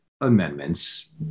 amendments